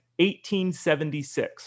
1876